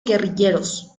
guerrilleros